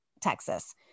texas